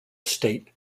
state